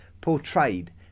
portrayed